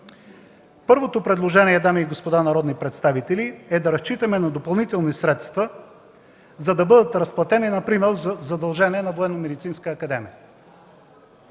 Първото предложение, дами и господа народни представители, е да разчитаме на допълнителни средства, за да бъдат разплатени например задължения на